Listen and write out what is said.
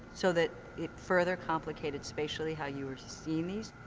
so that it further complicated, spatially, how you were seeing these.